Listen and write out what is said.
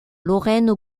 lorraine